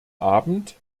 abend